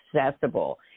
accessible